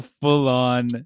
full-on